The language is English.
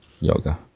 yoga